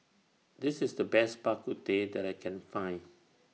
This IS The Best Bak Kut Teh that I Can Find